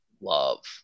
love